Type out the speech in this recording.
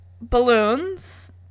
balloons